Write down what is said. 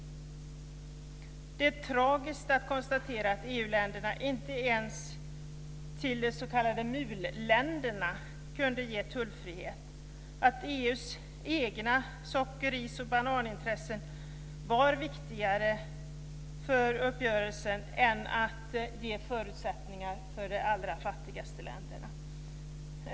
Det är tragiskt att konstatera att EU-länderna inte ens kunde ge tullfrihet till de s.k. MUL-länder, att EU:s egna socker-, ris-, och bananintressen var viktigare för uppgörelsen än att ge förutsättningar för de allra fattigaste länderna.